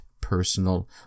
personal